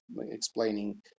explaining